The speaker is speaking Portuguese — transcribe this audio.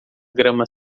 grama